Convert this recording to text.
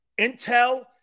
Intel